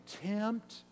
contempt